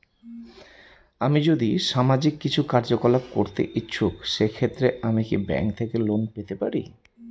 আমি যদি সামাজিক কিছু কার্যকলাপ করতে ইচ্ছুক সেক্ষেত্রে আমি কি ব্যাংক থেকে লোন পেতে পারি?